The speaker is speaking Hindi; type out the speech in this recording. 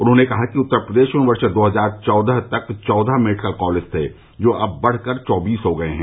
उन्होंने कहा कि उत्तर प्रदेश में वर्ष दो हजार चौदह तक चौदह मेडिकल कॉलेज थे जो अब बढ़कर चौबीस हो गये हैं